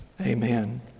Amen